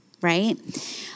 right